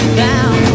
down